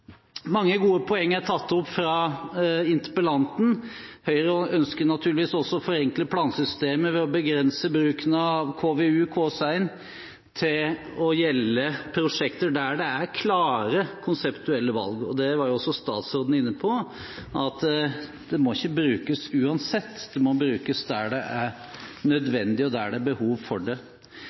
Mange gode poeng er tatt opp av interpellanten. Høyre ønsker naturligvis også å forenkle plansystemet ved å begrense bruken av KVU og KS1 til å gjelde prosjekter der det er klare konseptuelle valg. Det var jo også statsråden inne på: Det må ikke brukes uansett, det må brukes der det er nødvendig, og der det er behov for det.